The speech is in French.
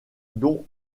dont